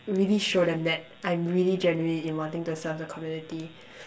really show them that I'm really genuine in wanting to serve the community